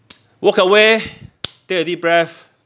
walk away take a deep breath